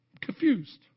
Confused